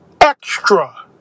extra